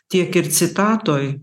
tiek ir citatoj